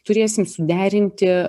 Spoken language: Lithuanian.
turėsim suderinti